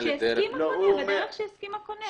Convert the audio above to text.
שהסכים הקונה.